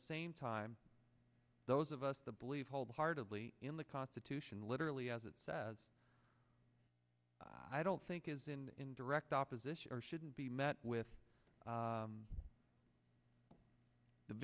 same time those of us the believe wholeheartedly in the constitution literally as it says i don't think is in direct opposition or shouldn't be met with